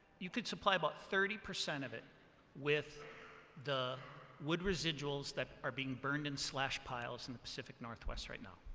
you could supply about thirty percent of it with the wood residuals that are being burned in slash piles in the pacific northwest right now.